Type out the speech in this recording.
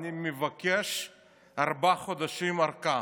אני מבקש ארבעה חודשים ארכה.